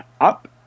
up